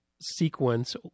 sequence